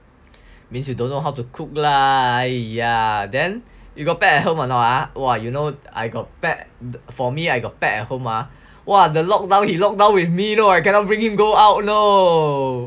means you don't know how to cook lah !aiya! then you got pet at home or not ah !wah! you know I got pet for me I got pet at home ah !wah! the lockdown he locked down with me you know I cannot bring him go out know